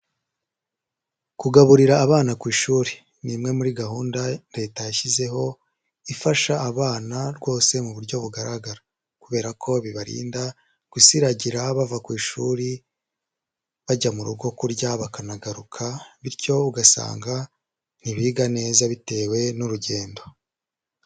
Kugaburira abana ku ishuri, ni imwe muri gahunda Leta yashyizeho ifasha abana rwose mu buryo bugaragara kubera ko bibarinda gusiragira bava ku ishuri bajya mu rugo kurya bakanagaruka, bityo ugasanga ntibiga neza bitewe n'urugendo.